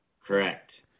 Correct